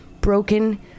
broken